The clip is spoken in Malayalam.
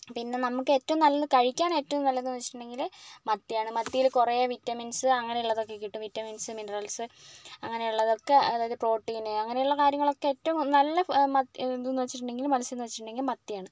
പിന്നെ നമുക്ക് ഏറ്റവും നല്ലത് കഴിക്കാൻ ഏറ്റവും നല്ലതെന്നു വച്ചിട്ടുണ്ടെങ്കിൽ മത്തിയാണ് മത്തിയിൽ കുറേ വിറ്റമിൻസ് അങ്ങനെയുള്ളതൊക്കെ കിട്ടും വിറ്റമിൻസ് മിനറൽസ് അങ്ങനെയുള്ളതൊക്കെ അതായത് പ്രോട്ടീൻ അങ്ങനെയുള്ള കാര്യങ്ങളൊക്കെ ഏറ്റവും നല്ല മത്തി ഇതെന്ന് വച്ചിട്ടുണ്ടെങ്കിൽ മത്സ്യം എന്നു വച്ചിട്ടുണ്ടെങ്കിൽ മത്തിയാണ്